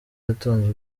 yatunze